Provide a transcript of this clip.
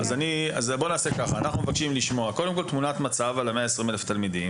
אנחנו מבקשים לשמוע תמונת מצב על ה-120 אלף תלמידים.